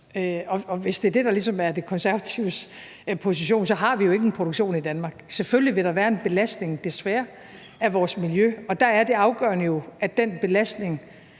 Og hvis det er det, der ligesom er De Konservatives position, så har vi jo ikke en produktion i Danmark. Selvfølgelig vil der være en belastning – desværre – af vores miljø. Og der er det afgørende jo, at den belastning